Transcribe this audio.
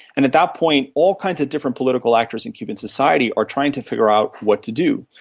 and at that point all kinds of different political actors in cuban society are trying to figure out what to do.